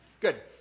Good